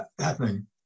happening